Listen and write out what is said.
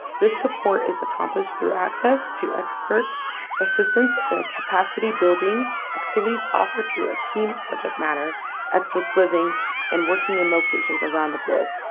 this support is accomplished through access to expert assistance in capacity building activities offered through a team subject matter experts living and working in locations around the globe.